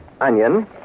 onion